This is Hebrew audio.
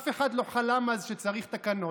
אף אחד לא חלם אז שצריך תקנות,